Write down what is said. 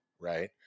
Right